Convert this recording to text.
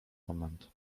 moment